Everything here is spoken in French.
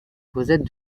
cosette